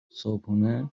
صبحونه